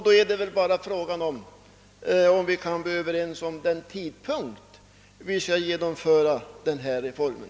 Då är väl bara frågan, om vi kan bli överens om tidpunkten för genomförandet av reformen.